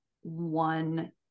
one